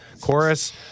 Chorus